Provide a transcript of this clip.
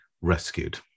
rescued